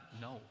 No